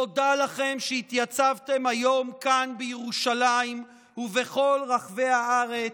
תודה לכם על שהתייצבתם היום כאן בירושלים ובכל רחבי הארץ,